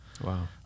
Wow